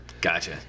Gotcha